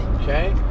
Okay